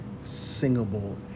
singable